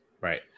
Right